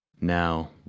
now